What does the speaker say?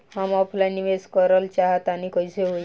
हम ऑफलाइन निवेस करलऽ चाह तनि कइसे होई?